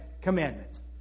Commandments